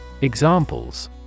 Examples